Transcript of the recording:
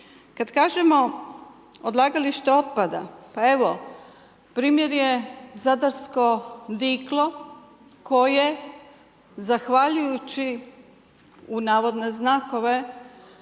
Kada kažemo odlagalište otpada, pa evo, primjer je zadarsko Diklo, koje „zahvaljujući„ onima